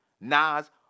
Nas